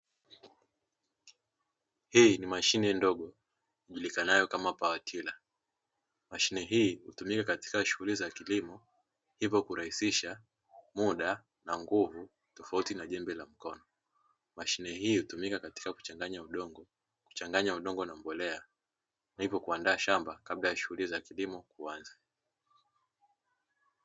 Hii ni mashine ndogo, ijulikanayo nayo kama pawatila. Mashine hii hutumika katika shughuli za kilimo, hivyo kurahisisha muda na nguvu, tofauti na jembe la mkono. Mashine hii hutumika katika kuchanganya udongo na mbolea, ndipo kuandaa shamba kabla ya shughuli za kilimo kuanza.